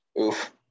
Oof